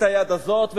את היד הזאת,